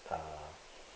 ah